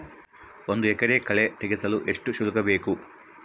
ಒಂದು ಎಕರೆ ಕಳೆ ತೆಗೆಸಲು ಎಷ್ಟು ಶುಲ್ಕ ಬೇಕು?